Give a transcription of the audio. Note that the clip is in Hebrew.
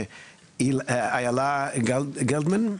אילה גלדמן.